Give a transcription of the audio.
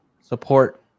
Support